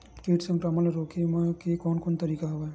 कीट संक्रमण ल रोके के कोन कोन तरीका हवय?